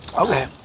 Okay